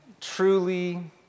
truly